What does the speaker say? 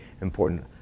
important